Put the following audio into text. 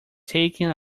taken